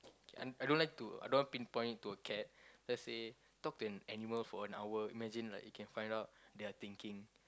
I I don't like to I don't want pinpoint to a cat let's say talk to an animal for an hour imagine like you can find out their thinking